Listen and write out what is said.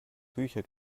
bücher